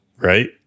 right